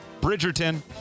Bridgerton